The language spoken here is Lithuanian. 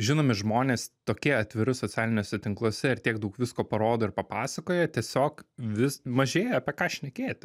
žinomi žmonės tokie atviri socialiniuose tinkluose ir tiek daug visko parodo ir papasakoja tiesiog vis mažėja apie ką šnekėti